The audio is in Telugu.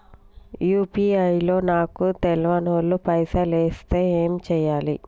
యూ.పీ.ఐ లో నాకు తెల్వనోళ్లు పైసల్ ఎస్తే ఏం చేయాలి?